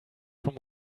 from